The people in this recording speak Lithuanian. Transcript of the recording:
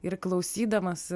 ir klausydamas